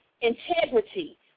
integrity